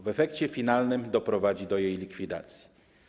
W efekcie finalnym doprowadzi do jej likwidacji.